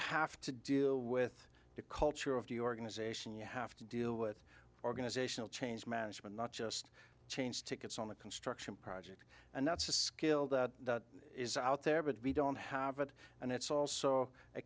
have to deal with the culture of the organization you have to deal with organizational change management not just change tickets on a construction project and that's a skill that is out there but we don't have it and it's also a